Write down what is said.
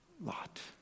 Lot